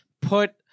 put